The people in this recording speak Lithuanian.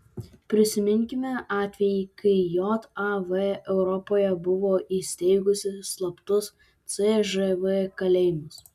prisiminkime atvejį kai jav europoje buvo įsteigusi slaptus cžv kalėjimus